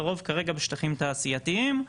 לרוב כרגע בשטחים תעשייתיים,